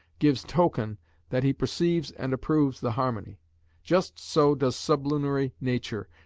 gives token that he perceives and approves the harmony just so does sublunary nature,